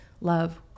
love